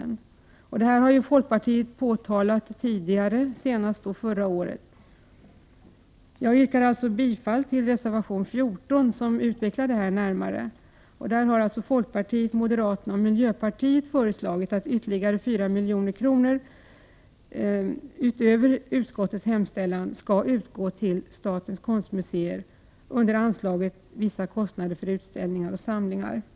Detta påtalade vi i folkpartiet senast förra året. Jag yrkar bifall till reservation 14, där dessa frågor närmare utvecklas. Folkpartiet, moderaterna och miljöpartiet föreslår nämligen att 4 milj.kr., utöver vad utskottet hemställt om, skall gå till statens konstmuseer under anslaget Vissa kostnader för utställningar och samlingar m.m.